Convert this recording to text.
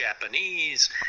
Japanese